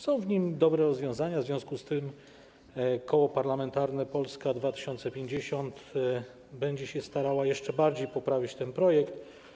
Są w nim dobre rozwiązania, w związku z tym Koło Parlamentarne Polska 2050 będzie się starało jeszcze bardziej poprawić ten projekt.